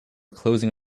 closing